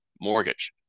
mortgage